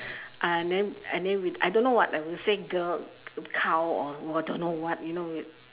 uh then and then we I don't know what I will say girl cow or what don't know what you know